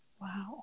wow